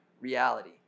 reality